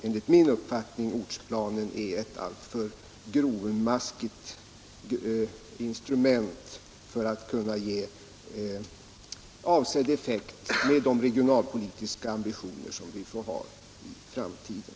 Enligt min uppfattning är ortsplanen ett — sysselsättnings och alltför grovmaskigt instrument för att kunna ge avsedd effekt med de re — regionalpolitik gionalpolitiska ambitioner som vi har för framtiden.